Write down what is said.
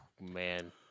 Man